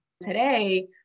Today